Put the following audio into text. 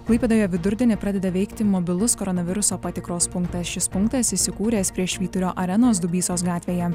klaipėdoje vidurdienį pradeda veikti mobilus koronaviruso patikros punktas šis punktas įsikūręs prie švyturio arenos dubysos gatvėje